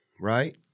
right